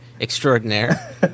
extraordinaire